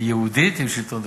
היא יהודית עם שלטון דמוקרטי.